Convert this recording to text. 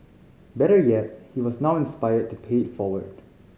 better yet he was now inspired to pay it forward